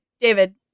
David